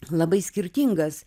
labai skirtingas